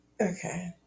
okay